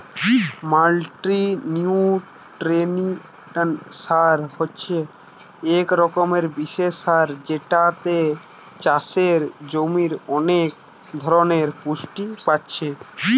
multinutrient সার হচ্ছে এক রকমের বিশেষ সার যেটাতে চাষের জমির অনেক ধরণের পুষ্টি পাচ্ছে